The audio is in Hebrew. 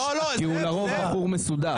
כי לרוב הוא בחור מסודר.